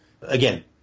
Again